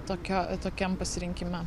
tokio tokiam pasirinkime